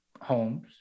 homes